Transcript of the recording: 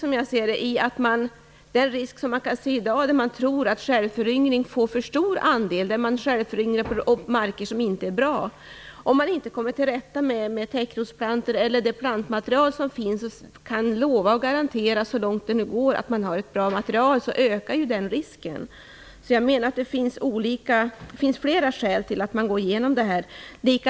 Det finns också en annan risk som man i dag kan se. Man tror att självföryngring får en för stor andel där marker självföryngras som inte är bra. Om man inte kommer till rätta med täckrotsplantorna eller det plantmaterial som finns och kan lova och garantera så långt det går att materialet är bra, ökar den risken. Jag menar därför att det finns flera skäl till att gå igenom detta.